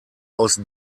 aus